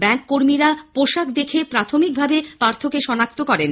ব্যাঙ্ককর্মীরা পোশাক দেখে প্রাথমিকভাবে পার্থকে শনাক্ত করেন